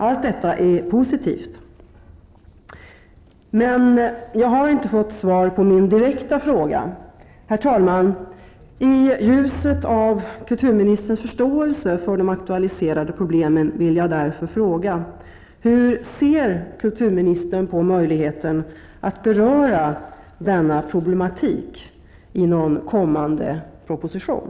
Allt detta är positivt. Jag har dock inte fått svar på min direkta fråga. Herr talman! I ljuset av kulturministerns förståelse för de aktualiserade problemen vill jag därför fråga: Hur ser kulturministern på möjligheten att beröra denna problematik i någon kommande proposition?